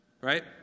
Right